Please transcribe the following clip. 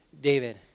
David